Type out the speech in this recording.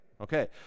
Okay